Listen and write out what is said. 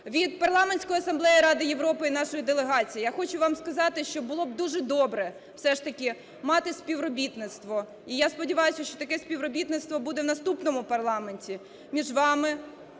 Від Парламентської асамблеї Ради Європи і нашої делегації я хочу вам сказати, що було б дуже добре все ж таки мати співробітництво, і я сподіваюся, що таке співробітництво буде в наступному парламенті між вами,